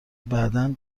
بعدا